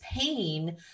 pain